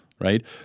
Right